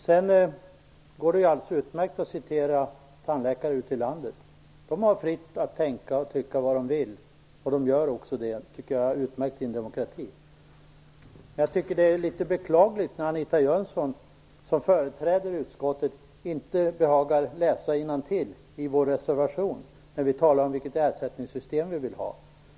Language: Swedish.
Det går alldeles utmärkt att citera tandläkare ute i landet. De kan fritt tänka och tycka vad de vill, och de gör också det. Det tycker jag är utmärkt i en demokrati. Det är emellertid litet beklagligt att Anita Jönsson, som företräder utskottet, inte behagar läsa innantill i vår reservation där vi talar om vilket ersättningssystem vi vill ha.